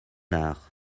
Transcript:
art